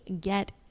get